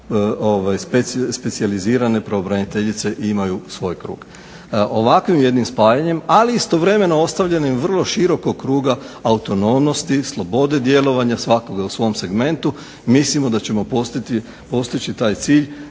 specijalizirane pravobraniteljice imaju svoj krug. Ovakvim jednim spajanjem ali istovremeno ostavljenim vrlo širokog kruga autonomnosti, slobode djelovanja svakoga u svom segmentu mislimo da ćemo postići taj cilj